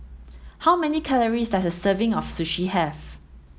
how many calories does a serving of Sushi have